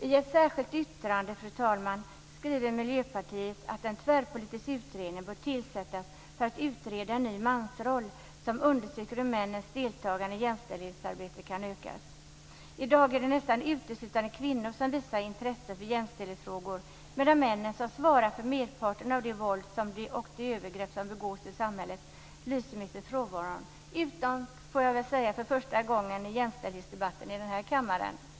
I ett särskilt yttrande, fru talman, skriver Miljöpartiet att en tvärpolitisk utredning bör tillsättas för att utreda en ny mansroll - en utredning som undersöker hur männens deltagande i jämställdhetsarbetet kan ökas. I dag är det nästan uteslutande kvinnor som visar intresse för jämställdhetsfrågor, medan männen - som svarar för merparten av det våld och de övergrepp som begås i samhället - lyser med sin frånvaro. Men så är det inte i dag, får jag väl för första gången säga i en jämställdhetsdebatt i denna kammare.